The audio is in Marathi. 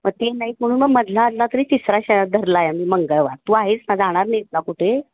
मग ते नाहीत म्हणून मग मधला आधला तरी तिसरा शा धरला आहे मी मंगळवार तू आहेस ना जाणार नाहीस ना कुठे